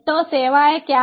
तो सेवाएं क्या हैं